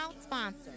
sponsor